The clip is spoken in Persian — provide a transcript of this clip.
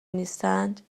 نیستند